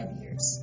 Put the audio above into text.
years